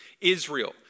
Israel